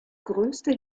größte